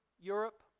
Europe